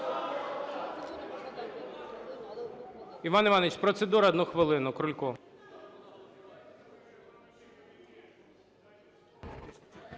Іван Іванович, процедура… 1 хвилину, Крулько.